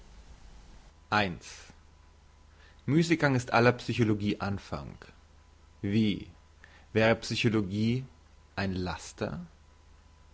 müssiggang ist aller psychologie anfang wie wäre psychologie ein laster